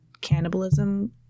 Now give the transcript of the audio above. cannibalism